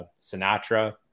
Sinatra